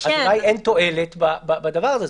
אז אולי אין תועלת בדבר הזה,